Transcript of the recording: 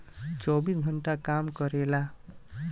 चौबीस घंटा काम करेला